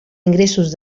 ingressos